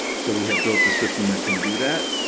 so we have built a system that can do that.